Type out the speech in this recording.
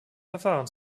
verfahren